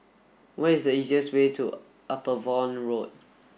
what is the easiest way to Upavon Road